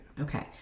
Okay